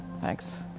Thanks